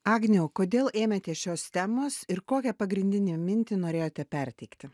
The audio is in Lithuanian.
agniau o kodėl ėmėtės šios temos ir kokią pagrindinę mintį norėjote perteikti